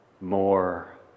more